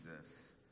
Jesus